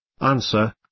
Answer